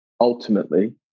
ultimately